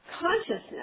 consciousness